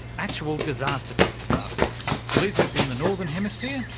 actual disaster type disasters blizzards in the northern hemisphere,